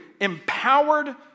empowered